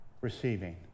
receiving